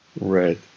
Right